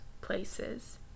places